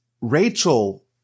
Rachel